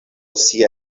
sia